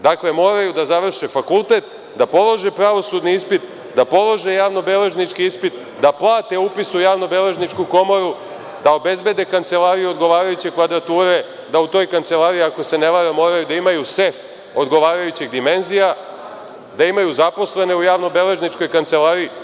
Dakle, moraju da završe fakultet, da polože pravosudni ispit, da polože javnobeležnički ispit, da plate upis u javnobeležničku komoru, da obezbede kancelariju odgovarajuće kvadrature, da u toj kancelariji, ako se ne varam, moraju da imaju sef odgovarajućih dimenzija, da imaju zaposlene u javnobeležničkoj kancelariji.